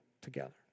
together